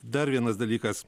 dar vienas dalykas